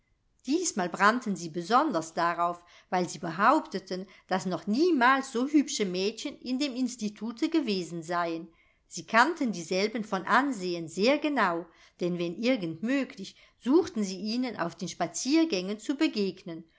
diesmal brannten sie besonders darauf weil sie behaupteten daß noch niemals so hübsche mädchen in dem institute gewesen seien sie kannten dieselben von ansehen sehr genau denn wenn irgend möglich suchten sie ihnen auf den spaziergängen zu begegnen